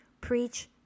Preach